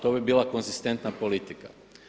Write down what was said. To bi bila konzistentna politika.